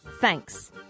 Thanks